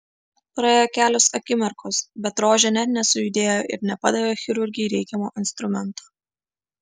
praėjo kelios akimirkos bet rožė net nesujudėjo ir nepadavė chirurgei reikiamo instrumento